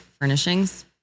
furnishings